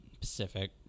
Pacific